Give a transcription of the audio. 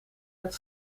het